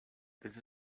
this